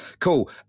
Cool